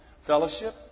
fellowship